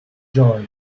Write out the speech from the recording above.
joy